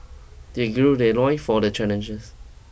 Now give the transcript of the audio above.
they gird their loins for the challenges